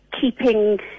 keeping